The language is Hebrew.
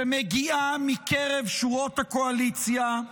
שמגיעה מקרב שורות הקואליציה,